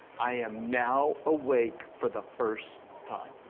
i am now awake for the first time.